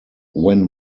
when